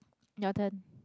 your turn